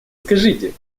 скажите